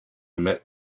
met